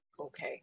Okay